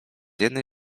jednej